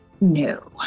No